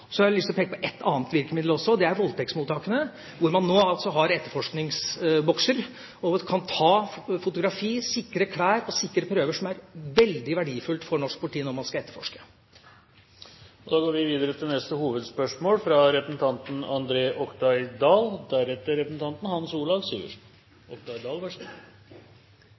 Så har jeg lyst til å peke på et annet virkemiddel også, og det er voldtektsmottakene, hvor man nå altså har etterforskningsbokser. Man kan ta fotografi, sikre klær og sikre prøver, som er veldig verdifullt for norsk politi når man skal etterforske. Da går vi videre til neste hovedspørsmål.